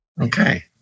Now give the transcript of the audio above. Okay